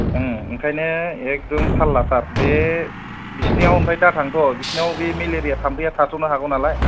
ओंखायनो एकदोम थाल लाथार बे बिसिनियाव ओमफ्राय दाथांथ' बिसिनाव बे मेलेरिया थाम्फैया थाथ'नो हागौ नालाय